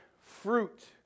fruit